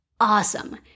Awesome